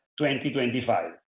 2025